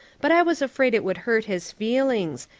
but i was afraid it would hurt his feelings,